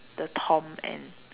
the Tom and